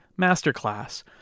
Masterclass